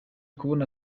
kubona